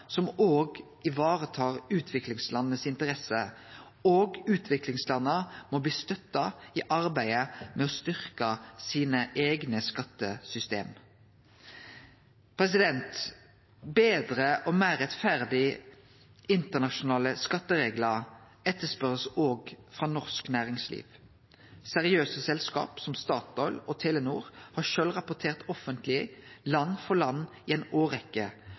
som òg tar i vare utviklingslandas interesser, og utviklingslanda må bli støtta i arbeidet med å styrkje sine eigne skattesystem. Betre og meir rettferdige internasjonale skattereglar er det etterspørsel etter òg frå norsk næringsliv. Seriøse selskap som Statoil og Telenor har sjølve rapportert offentleg land for land